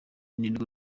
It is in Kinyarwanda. nirwo